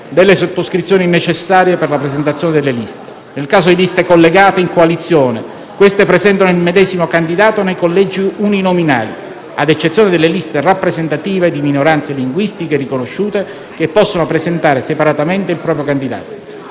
delle sottoscrizioni necessarie per la presentazione delle liste. Nel caso di liste collegate in coalizione, queste presentano il medesimo candidato nei collegi uninominali, ad eccezione delle liste rappresentative di minoranze linguistiche riconosciute, che possono presentare separatamente il proprio candidato.